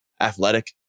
athletic